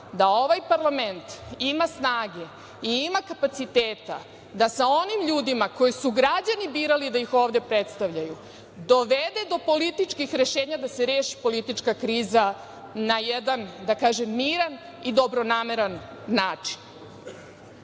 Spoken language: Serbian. da ovaj parlament ima snage i ima kapaciteta da sa onim ljudima koje su građani birali da ih ovde predstavljaju dovede do političkih rešenja da se reši politička kriza na jedan, da kažem, miran i dobronameran način. Treća